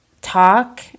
talk